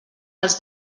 els